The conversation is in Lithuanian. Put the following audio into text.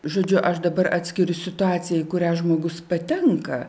žodžiu aš dabar atskiriu situaciją į kurią žmogus patenka